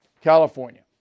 California